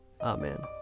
Amen